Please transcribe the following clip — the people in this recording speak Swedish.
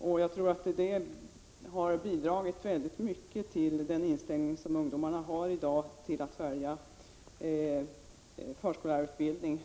Jag tror att denna nedvärdering i mycket hög grad har bidragit till den inställning som ungdomarna har i dag till att välja förskollärarutbildning.